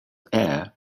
air